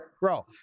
Bro